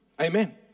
Amen